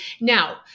Now